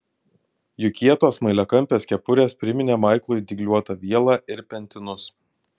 jų kietos smailiakampės kepurės priminė maiklui dygliuotą vielą ir pentinus